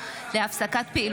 הצעת חוק